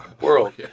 world